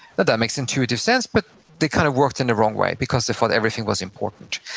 that that makes intuitive sense, but they kind of worked in the wrong way because they thought everything was important.